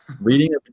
reading